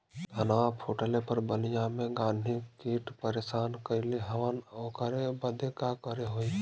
धनवा फूटले पर बलिया में गान्ही कीट परेशान कइले हवन ओकरे बदे का करे होई?